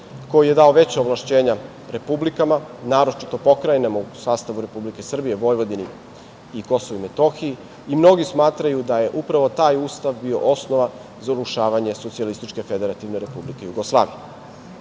koji je dao veća ovlašćenja republikama, naročito pokrajinama u sastavu Republike Srbije, Vojvodini i Kosovu i Metohiji, i mnogi smatraju da je upravo taj Ustav bio osnova za urušavanje SFRJ.Mi danas kada razgovaramo